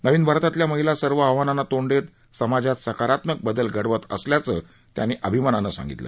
नवीन भारतातल्या महिला सर्व आव्हानांना तोंड देत समाजात सकारात्मक बदल घडवत असल्याचं त्यांनी अभिमानानं सांगितलं